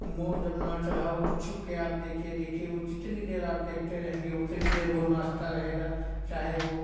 मोर जब नाच रहा हो तो छुप के आप देखिए देखिए वो जितनी देर आप देखते रहेंगे उतनी देर वो नाचता रहेगा चाहे वो